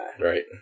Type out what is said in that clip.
Right